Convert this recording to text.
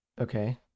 okay